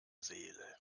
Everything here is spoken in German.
seele